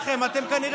איך?